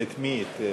הו, יפה.